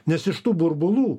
nes iš tų burbulų